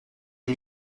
une